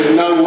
no